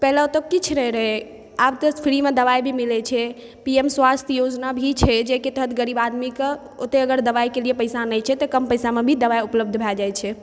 पहिले ओतए किछु नहि रहै आब तऽ फ्रीमे दवाइ भी मिलै छै पी एम स्वास्थ योजना भी छै जाहिके तहत गरीब आदमीके ओतए अगर दवाइ के लिए पैसा नहि छै तऽ काम पैसा मे भी दवाइ उपलब्ध भए जाइ छै